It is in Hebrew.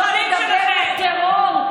בואו נדבר על נתניהו,